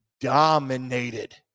Dominated